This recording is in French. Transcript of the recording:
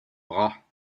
bras